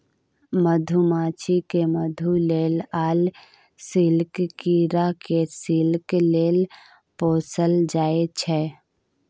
मधुमाछी केँ मधु लेल आ सिल्कक कीरा केँ सिल्क लेल पोसल जाइ छै